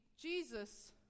Jesus